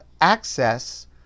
access